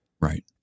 Right